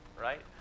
right